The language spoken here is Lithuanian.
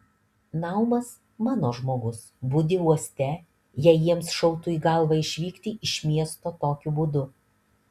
naumas mano žmogus budi uoste jei jiems šautų į galvą išvykti iš miesto tokiu būdu